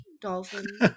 dolphin